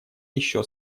еще